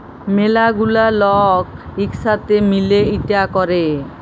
ম্যালা গুলা লক ইক সাথে মিলে ইটা ক্যরে